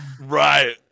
right